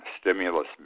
stimulus